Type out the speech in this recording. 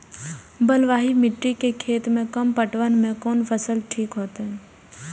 बलवाही मिट्टी के खेत में कम पटवन में कोन फसल ठीक होते?